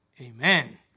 Amen